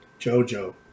JoJo